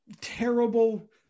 terrible